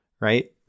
right